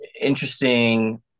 interesting